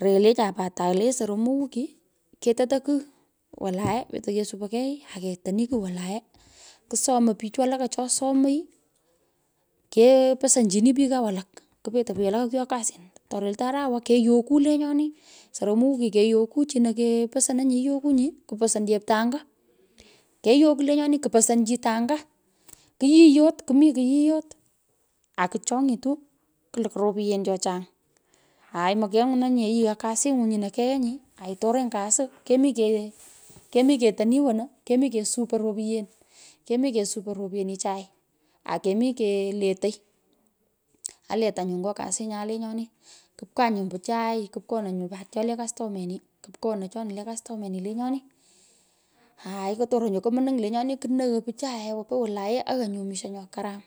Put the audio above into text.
Relecha pat atale soromo wiki, ketoto kigh wolaye petei kessopoi kei, ake toni, kigh wolaye, kusomoi pich walaka cho somoy, keposonchini piko walak kupeta walaka kwigho kasin, to reltoi arawa, keyoko lenyoni, soromu wiki, keyoku chino keposononyi, koposon cheptoanga, keyokwo lenyonii kupuson chito anya, kiyiyot, kumi kuyiyot aku chong’ito kulukwo ropyen chu onang, aai mokeny wonanyi nye yighaa kasing’u nyino keenyi aitoronyi kasi, kemi ketoni, wono, kemi kessupui ropyen. kemi kessupoi ropyenichat akemii keletoi, aleta nyu nyo kasinyan küpkaa nyuu pichai kupkonoi put nyu cho le kastumeni;. Kupkonoi chei le kustomeni lenyoni, aai, otoron nyu ku mning lenyoni; kunoghoi, pichae to wolae, ayian nyu misho nyo karam